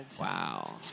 Wow